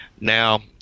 Now